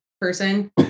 person